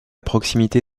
proximité